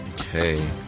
Okay